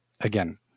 again